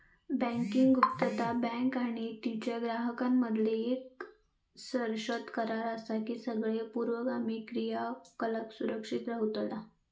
banking गुप्तता, bank आणि तिच्यो ग्राहकांमधीलो येक सशर्त करार असा की सगळे पूर्वगामी क्रियाकलाप सुरक्षित रव्हतला